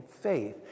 faith